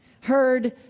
heard